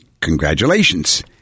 congratulations